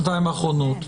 לשנתיים האחרונות,